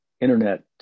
internet